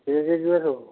କିଏ କିଏ ଯିବେ ସବୁ